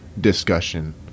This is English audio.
discussion